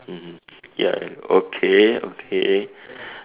mmhmm ya okay okay